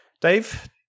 Dave